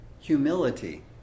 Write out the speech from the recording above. humility